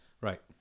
Right